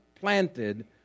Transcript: planted